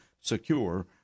secure